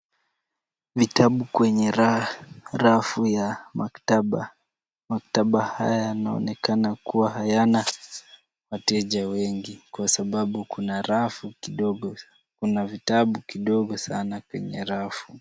Vitabu kwenye rafu ya maktaba. Maktaba haya yanaonekana kuwa hayana wateja wengi kwa sababu kuna rafu kidogo, kuna vitabu kidogo sana kwenye rafu.